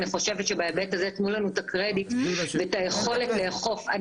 חושבת שבהיבט הזה תנו לנו את הקרדיט ואת היכולת לאכוף.